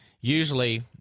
Usually